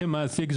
כמעסיק,